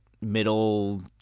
middle